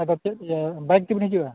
ᱟᱫᱚ ᱪᱮᱫ ᱵᱟᱹᱭᱤᱠ ᱛᱮᱵᱮᱱ ᱦᱤᱡᱩᱜᱼᱟ